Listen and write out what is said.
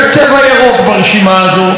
יש צבע ירוק ברשימה הזאת,